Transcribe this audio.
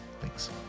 Thanks